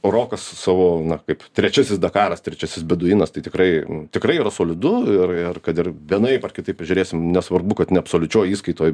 rokas savo na kaip trečiasis dakaras trečiasis beduinas tai tikrai tikrai yra solidu ir ir kad ir vienaip ar kitaip žiūrėsim nesvarbu kad ne absoliučioj įskaitoj